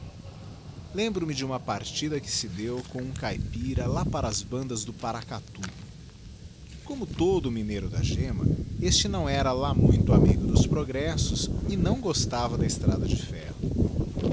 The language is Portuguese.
lembro-me de uma partida que se deu com um caipira lá para as bandas do paracatú como todo o mineiro da gemma este não era lá muito amigo dos progressos e não gostava da estrada de ferro